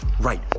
right